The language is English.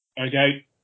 Okay